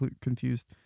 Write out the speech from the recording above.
confused